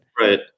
Right